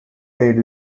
paid